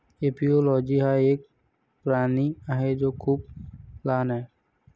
एपिओलोजी हा एक प्राणी आहे जो खूप लहान आहे